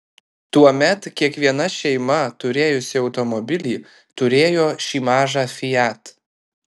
tuomet kiekviena šeima turėjusi automobilį turėjo šį mažą fiat